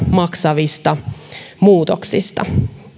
maksavista muutoksista